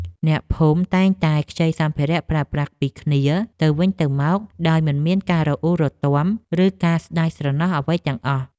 អ្នកភូមិតែងតែខ្ចីសម្ភារៈប្រើប្រាស់ពីគ្នាទៅវិញទៅមកដោយមិនមានការរអ៊ូរទាំ ឬការស្ដាយស្រណោះអ្វីទាំងអស់។